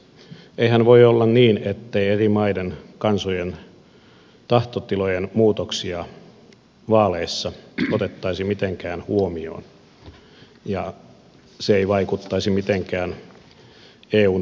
eihän voi olla niin ettei eri maiden kansojen tahtotilojen muutoksia vaaleissa otettaisi mitenkään huomioon ja se ei vaikuttaisi mitenkään eun tulevaan linjaan